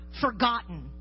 forgotten